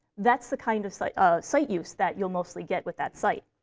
that's the kind of site ah site use that you'll mostly get with that site.